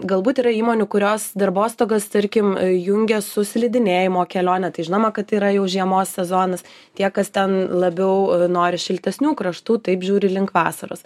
galbūt yra įmonių kurios darbostogas tarkim jungia su slidinėjimo kelione tai žinoma kad tai yra jau žiemos sezonas tie kas ten labiau nori šiltesnių kraštų taip žiūri link vasaros